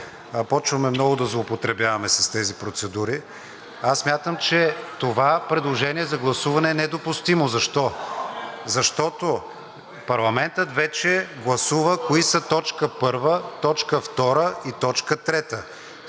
Почваме много да злоупотребяваме с тези процедури. Аз смятам, че това предложение за гласуване е недопустимо. Защо? Защото парламентът вече гласува кои са точка първа, точка втора и